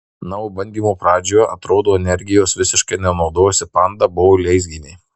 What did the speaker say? na o bandymo pradžioje atrodo energijos visiškai nenaudojusi panda buvo leisgyvė